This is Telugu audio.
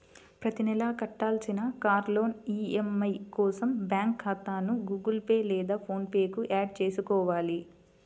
ప్రతి నెలా కట్టాల్సిన కార్ లోన్ ఈ.ఎం.ఐ కోసం బ్యాంకు ఖాతాను గుగుల్ పే లేదా ఫోన్ పే కు యాడ్ చేసుకోవాలి